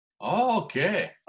Okay